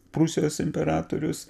prūsijos imperatorius